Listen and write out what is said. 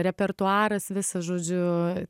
repertuaras visas žodžiu